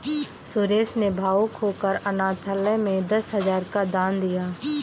सुरेश ने भावुक होकर अनाथालय में दस हजार का दान दिया